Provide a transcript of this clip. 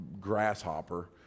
grasshopper